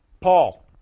Paul